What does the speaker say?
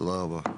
תודה רבה.